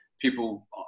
People